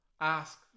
ask